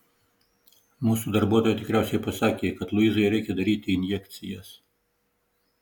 mūsų darbuotoja tikriausiai pasakė kad luizai reikia daryti injekcijas